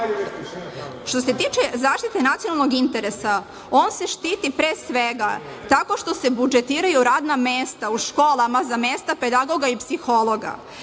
se tiče zaštite nacionalnog interesa, on se štiti, pre svega, tako što se budžetiraju radna mesta u školama za mesta pedagoga i psihologa,